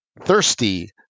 thirsty